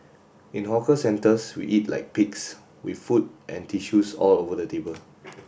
in hawker centres we eat like pigs with food and tissues all over the table